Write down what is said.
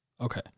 Okay